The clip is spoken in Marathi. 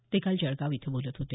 ते काल जळगाव इथं बोलत होते